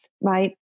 right